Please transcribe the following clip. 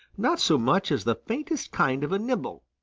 not so much as the faintest kind of a nibble.